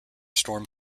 storm